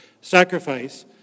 sacrifice